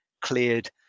cleared